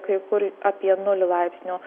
kai kur apie nulį laipsnių